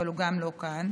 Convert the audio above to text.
אבל גם הוא לא כאן.